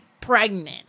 pregnant